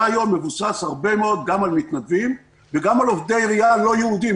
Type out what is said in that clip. היום מבוסס הרבה מאוד גם על מתנדבים וגם על עובדי עירייה לא ייעודיים,